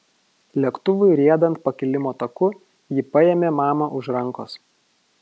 lėktuvui riedant pakilimo taku ji paėmė mamą už rankos